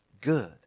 good